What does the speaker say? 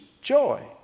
Joy